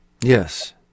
Yes